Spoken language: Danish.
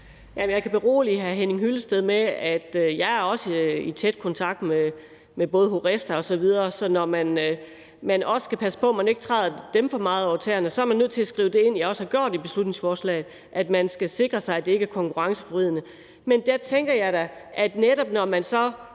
at jeg også er i tæt kontakt med HORESTA osv., så når man også skal passe på, at man ikke træder dem for meget over tæerne, er man også nødt til at skrive det ind, som jeg har skrevet ind i beslutningsforslaget, om, at man skal sikre sig, at det ikke er konkurrenceforvridende. Men der tænker jeg da, at når man så